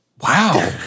Wow